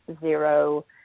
zero